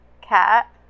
Cat